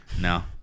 No